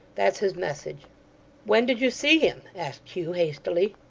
that's his message when did you see him asked hugh, hastily.